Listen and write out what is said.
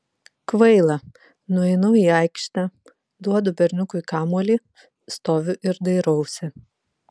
kvaila nueinu į aikštę duodu berniukui kamuolį stoviu ir dairausi